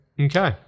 Okay